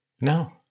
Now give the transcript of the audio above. No